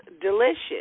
delicious